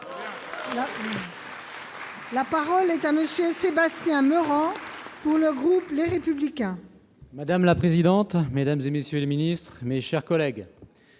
La parole est à Mme Sophie Primas, pour le groupe Les Républicains. Madame la présidente, mesdames, messieurs les ministres, mes chers collègues,